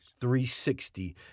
360